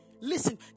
Listen